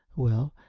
well,